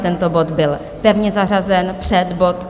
Tento bod byl pevně zařazen před bod 71.